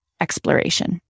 exploration